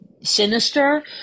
sinister